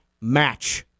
match